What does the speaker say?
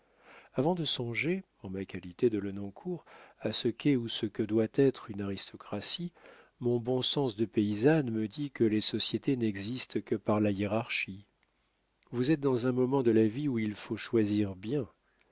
avant de songer en ma qualité de lenoncourt à ce qu'est ou ce que doit être une aristocratie mon bon sens de paysanne me dit que les sociétés n'existent que par la hiérarchie vous êtes dans un moment de la vie où il faut choisir bien